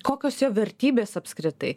kokios jo vertybės apskritai